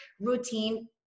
routine